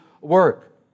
work